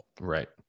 Right